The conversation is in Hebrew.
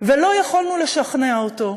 ולא יכולנו לשכנע אותו,